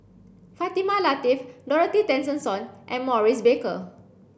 Fatimah Lateef Dorothy Tessensohn and Maurice Baker